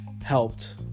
Helped